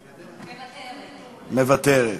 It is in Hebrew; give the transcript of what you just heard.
מוותרת.